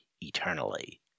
eternally